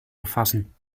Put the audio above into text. befassen